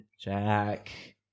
Jack